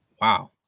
Wow